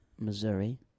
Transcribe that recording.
Missouri